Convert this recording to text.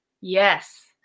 Yes